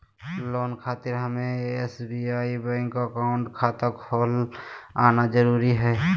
Loan खातिर हमें SBI bank account खाता खोल आना जरूरी है?